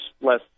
less